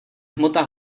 hmota